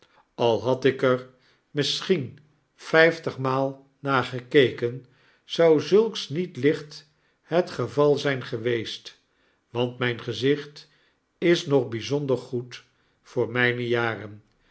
al had iker misschien vyftigmaal naar gekeken zou zulks niet licht het geval zyn geweest want myn gezicht is nog byzotider goed voor myne jaren